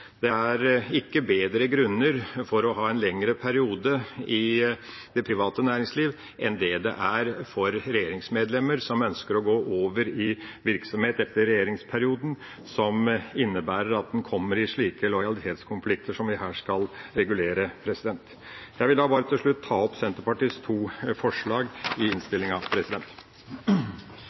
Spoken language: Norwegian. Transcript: Det er ikke bedre grunner for å ha en lengre periode i det private næringslivet enn det er for regjeringsmedlemmer som ønsker å gå over i virksomhet etter regjeringsperioden, som innebærer at en kommer i slike lojalitetskonflikter som vi her skal regulere. Jeg vil til slutt ta opp Senterpartiets to forslag i